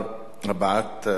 הבעת עמדה,